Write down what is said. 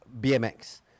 BMX